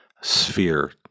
sphere